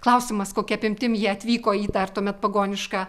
klausimas kokia apimtim jie atvyko į dar tuomet pagonišką